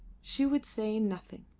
she would say nothing,